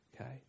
Okay